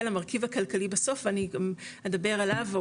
למרכיב הכלכלי בסוף ואני גם אדבר עליו,